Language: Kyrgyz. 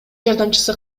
жардамчысы